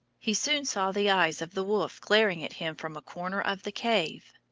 he soon saw the eyes of the wolf glaring at him from a corner of the cave.